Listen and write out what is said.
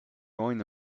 going